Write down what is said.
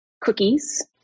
cookies